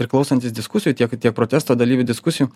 ir klausantis diskusijų tiek tiek protesto dalyvių diskusijų